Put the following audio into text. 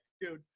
dude